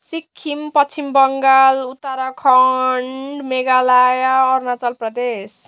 Sikkim Paschim Bangal Uttarakhand Meghalaya Arunachal Pradesh